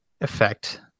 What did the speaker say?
effect